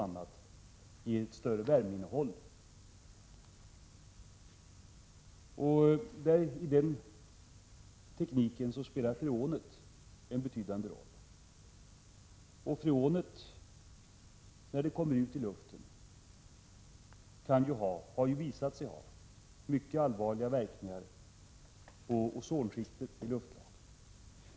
I den tekniken spelar freonet en betydande roll. Men när freonet kommer ut i luften har det visat sig ha mycket allvarliga verkningar på ozonskiktet.